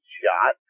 shot